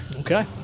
Okay